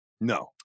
No